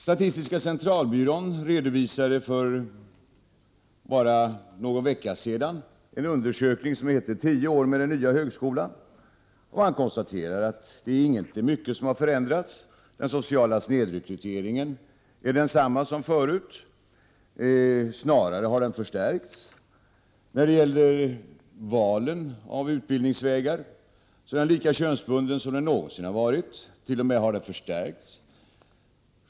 Statistiska centralbyrån redovisade för bara någon vecka sedan en undersökning som heter ”10 år med den nya högskolan”. Det konstateras att det egentligen inte är mycket som har Prot. 1988/89:91 förändrats. Den sociala snedrekryteringen är densamma som förut och har 6 april 1989 snarast förstärkts. När det gäller valen av utbildningsvägar är den lika könsbunden som den någonsin har varit. Den har t.o.m. förstärkts.